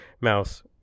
mouse